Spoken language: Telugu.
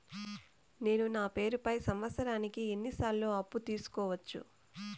నేను నా పేరుపై సంవత్సరానికి ఎన్ని సార్లు అప్పు తీసుకోవచ్చు?